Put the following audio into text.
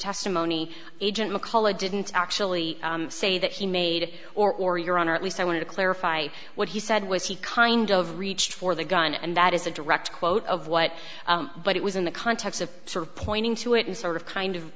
testimony agent mccullough didn't actually say that he made or your honor at least i want to clarify what he said was he kind of reached for the gun and that is a direct quote of what but it was in the context of sort of pointing to it and sort of kind of